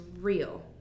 real